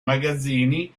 magazzini